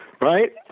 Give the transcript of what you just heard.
right